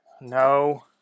No